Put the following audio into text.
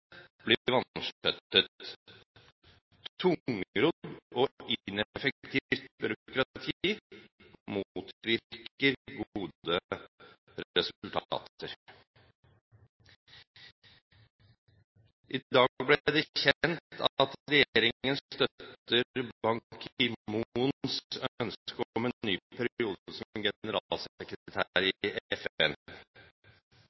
Tungrodd og ineffektivt byråkrati motvirker gode resultater. I dag ble det kjent at regjeringen støtter Ban Ki-moons ønske om en ny periode som generalsekretær i